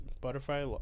butterfly